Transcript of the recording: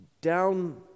down